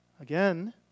Again